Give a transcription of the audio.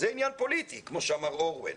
זה עניין פוליטי כמו שאמר אורוויל.